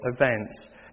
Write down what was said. events